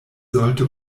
sollte